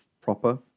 proper